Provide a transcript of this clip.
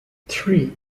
three